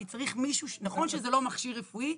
כי צריך מישהו, נכון שזה לא מכשיר רפואי.